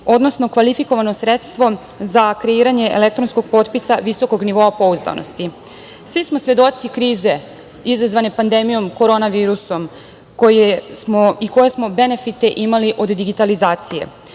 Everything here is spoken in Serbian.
odnosno kvalifikovano sredstvo za kreiranje elektronskog potpisa visokog nivoa pouzdanosti. Svi smo svedoci krize izazvane pandemijom korona virusom i koje smo benefite imali od digitalizacije.